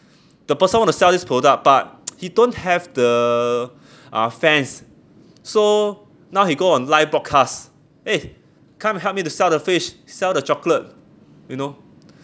the person want to sell this product but he don't have the uh fans so now he go on live broadcast eh come help me to sell the fish sell the chocolate you know